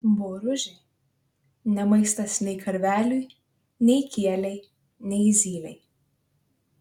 boružė ne maistas nei karveliui nei kielei nei zylei